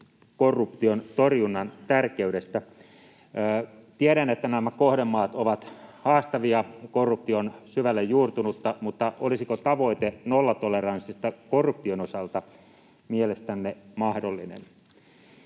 korruption torjunnan tärkeydestä. Tiedän, että nämä kohdemaat ovat haastavia ja korruptio on syvälle juurtunutta, mutta olisiko tavoite nollatoleranssista korruption osalta mielestänne mahdollinen?